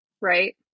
Right